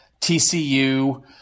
TCU